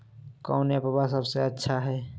कौन एप्पबा सबसे अच्छा हय?